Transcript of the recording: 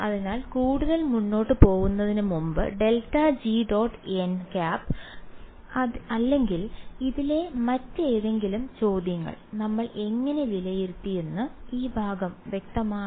അതിനാൽ കൂടുതൽ മുന്നോട്ട് പോകുന്നതിന് മുമ്പ് ∇g · nˆ അല്ലെങ്കിൽ ഇതിലെ മറ്റേതെങ്കിലും ചോദ്യങ്ങൾ നമ്മൾ എങ്ങനെ വിലയിരുത്തിയെന്ന് ഈ ഭാഗം വ്യക്തമാണോ